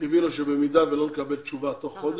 תכתבי לו שבמידה ולא נקבל תשובה תוך חודש,